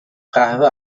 قهوه